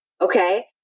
Okay